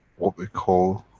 what we call,